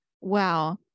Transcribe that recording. Wow